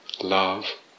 love